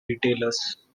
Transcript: retailers